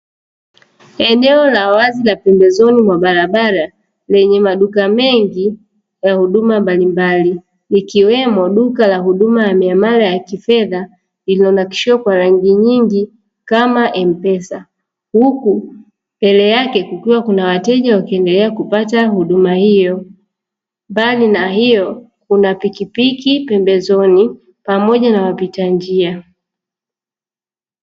Eneo la wazi na pembezoni mwa barabara lenye maduka mengi ya huduma mbalimbali likiwemo duka la huduma ya miamala ya kifedha lililonakshiwa kwa rangi nyingi kama M pesa; huku mbele yake kukiwa na wateja wakiendelea kupata huduma hiyo mbali na hiyo kuna pikipiki pembezoni pamoja na wapita njia.